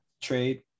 trade